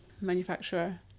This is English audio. manufacturer